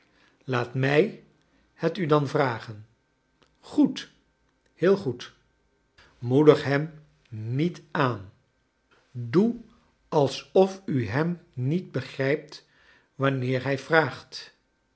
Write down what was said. laat m ij het u dan vragen goed heel goed moedig hem niet aan doe alsof u hem niet begrijpt wanneer hij vraagt